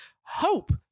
hope